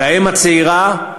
והאם הצעירה,